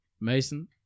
Mason